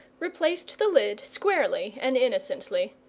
replaced the lid squarely and innocently,